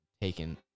taken